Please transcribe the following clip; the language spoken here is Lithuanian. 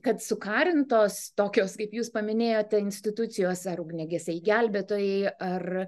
kad sukarintos tokios kaip jūs paminėjote institucijose ar ugniagesiai gelbėtojai ar